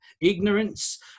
ignorance